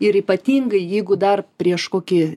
ir ypatingai jeigu dar prieš kokį